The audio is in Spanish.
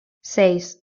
seis